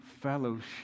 fellowship